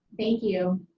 thank you.